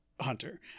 hunter